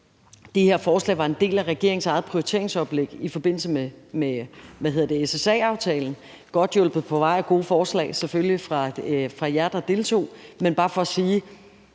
det her forslag var en del af regeringens eget prioriteringsoplæg i forbindelse med SSA-aftalen, selvfølgelig godt hjulpet på vej af gode forslag fra jer, der deltog. Men det er bare for at sige,